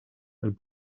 het